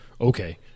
okay